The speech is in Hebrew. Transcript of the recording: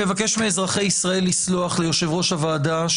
אתם פשוט הלכתם וצמצמתם את הפיקוח